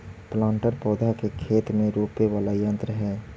planter पौधा के खेत में रोपे वाला यन्त्र हई